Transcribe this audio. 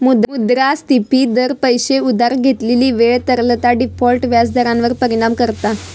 मुद्रास्फिती दर, पैशे उधार घेतलेली वेळ, तरलता, डिफॉल्ट व्याज दरांवर परिणाम करता